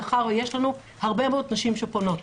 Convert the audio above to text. מאחר ויש לנו הרבה מאוד נשים שפונות.